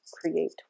create